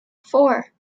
four